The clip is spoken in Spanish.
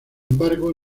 embargo